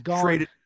traded